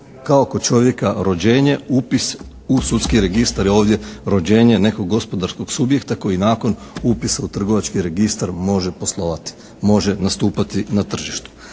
kao kod čovjeka rođenje, upis u sudski registar je ovdje rođenje nekog gospodarskog subjekta koji nakon upisa u trgovački registar može poslovati, može nastupati na tržištu.